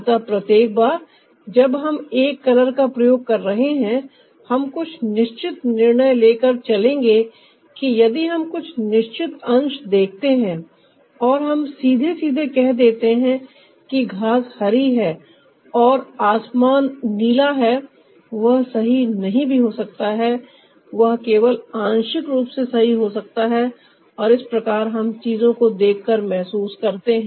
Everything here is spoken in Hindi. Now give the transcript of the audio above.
अतः प्रत्येक बार जब हम एक कलर का प्रयोग कर रहे हैं हम कुछ निश्चित निर्णय लेकर चलेंगे कि यदि हम कुछ निश्चित अंश देखते हैं और हम सीधे सीधे कह देते हैं कि घास हरी है और आसमान नीला है वह सही नहीं भी हो सकता है वह केवल आंशिक रूप से सही हो सकता हैऔर इस प्रकार हम चीजों को देखकर महसूस करते हैं